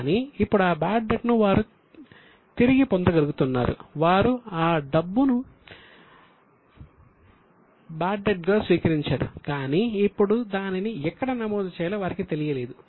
కానీ ఇప్పుడు ఆ బాడ్ డెట్ ను వారు తిరిగి పొందగలుగుతున్నారు వారు ఆ డబ్బును బాడ్ డెట్ గా స్వీకరించారు కాని ఇప్పుడు దానిని ఎక్కడ నమోదు చేయాలో వారికి తెలియలేదు